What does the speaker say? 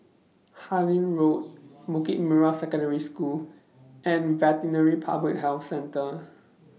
Harlyn Road Bukit Merah Secondary School and Veterinary Public Health Centre